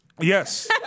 Yes